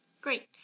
Great